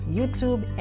YouTube